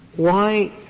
why